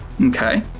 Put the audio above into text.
Okay